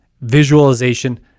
visualization